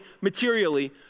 materially